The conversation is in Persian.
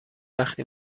وقتی